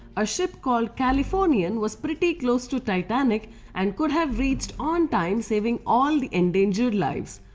a ship called californian was pretty close to titanic and could have reached on time saving all the endangered lives.